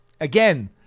again